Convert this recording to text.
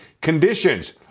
conditions